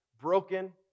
broken